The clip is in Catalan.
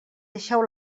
deixeu